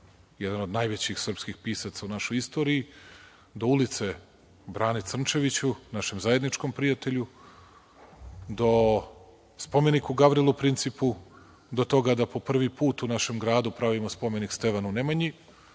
jedan od najvećih srpskih pisaca u našoj istoriji, do ulice Brani Crnčeviću, našem zajedničkom prijatelju, do spomenika Gavrilu Principu, do toga da po prvi put u našem gradu pravimo spomenik Stevanu Nemanji,